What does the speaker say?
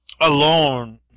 alone